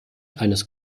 eines